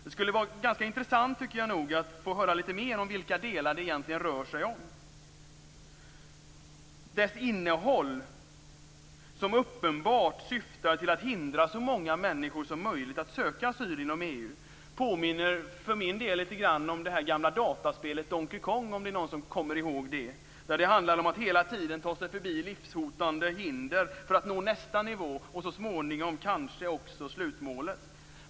Det skulle vara ganska intressant att få höra lite mer om vilka delar det egentligen rör sig om. Innehållet, som uppenbarligen syftar till att hindra så många människor som möjligt att söka asyl inom EU, påminner för min del lite grann om det gamla dataspelet Donkey Kong - om det är någon som kommer ihåg det. Där handlar det hela tiden om att ta sig förbi livshotande hinder för att nå nästa nivå och så småningom kanske också slutmålet.